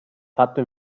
fatto